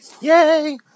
Yay